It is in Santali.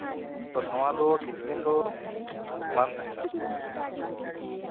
ᱱᱚᱣᱟ ᱫᱚ ᱵᱮᱥᱤ ᱫᱤᱱ ᱫᱚ ᱵᱟᱝ ᱛᱟᱦᱮᱱᱟ